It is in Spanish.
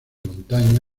montaña